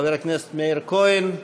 חבר הכנסת מאיר כהן,